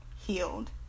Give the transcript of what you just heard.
healed